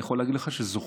אני יכול להגיד לך שזוכים,